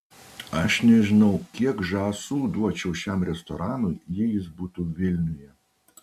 aš nežinau kiek žąsų duočiau šiam restoranui jei jis būtų vilniuje